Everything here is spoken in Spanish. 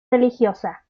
religiosa